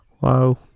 Wow